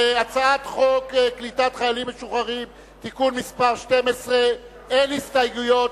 להצעת חוק קליטת חיילים משוחררים (תיקון מס' 12) אין הסתייגויות,